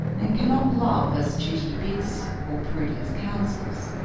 and cannot love as duty bids or prudence counsels.